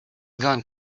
gone